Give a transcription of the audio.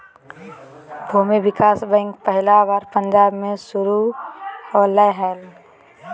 भूमि विकास बैंक पहला बार पंजाब मे शुरू होलय हल